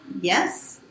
Yes